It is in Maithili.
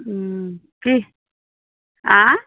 हूँ ठीक आँय